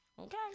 okay